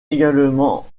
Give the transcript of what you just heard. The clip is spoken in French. également